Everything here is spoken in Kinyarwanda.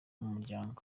mumuryango